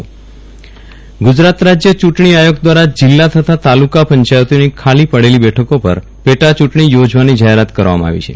વિરલ રાણા પેટા ચુંટણી ગુજરાત રાજય ચુંટણી આયોગ ક્રારા જીલ્લા તથા તાલુકા પંચાયતોની ખાલી પડેલી બેઠકો પર પેટા ચુંટણી યોજવાની જાહેરાત કરવામાં આવી છે